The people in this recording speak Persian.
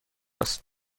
است